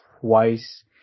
twice